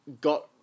got